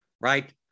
right